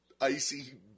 icy